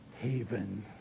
haven